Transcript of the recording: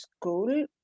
school